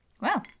Wow